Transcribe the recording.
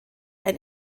ein